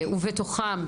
ובתוכן,